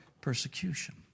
persecution